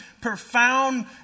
profound